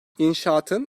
i̇nşaatın